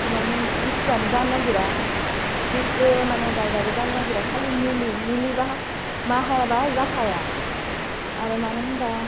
माने बुस्टुवानो जानो नागिरा जेब्बो माने गायबाबो जानो नागिरा खालि मुलि मुलिबा बाहायाबा जाखाया आरो मानो होनबा